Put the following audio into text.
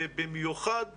במיוחד